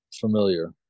familiar